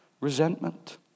resentment